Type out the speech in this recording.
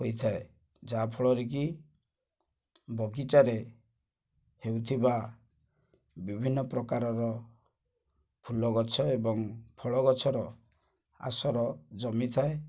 ହୋଇଥାଏ ଯାହାଫଳରେ କି ବଗିଚାରେ ହେଉଥିବା ବିଭିନ୍ନ ପ୍ରକାରର ଫୁଲ ଗଛ ଏବଂ ଫଳ ଗଛର ଆସର ଜମିଥାଏ